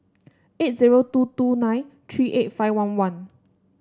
eight zero two two nine three eight five one one